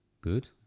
good